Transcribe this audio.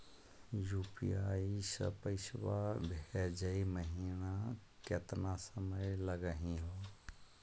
UPI स पैसवा भेजै महिना केतना समय लगही हो?